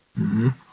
-hmm